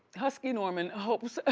husky norman hopes